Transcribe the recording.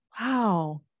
Wow